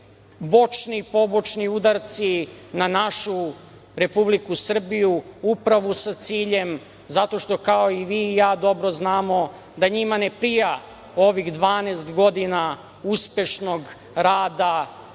bočni, pobočni udarci na našu Republiku Srbiju, a upravo sa ciljam zato što vi, kao i ja, dobro znamo da njima ne prija ovih 12 godina uspešnog rada